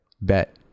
bet